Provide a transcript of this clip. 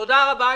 תודה רבה.